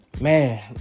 Man